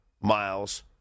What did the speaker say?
miles